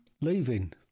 leaving